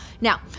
Now